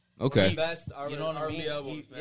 Okay